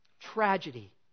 tragedy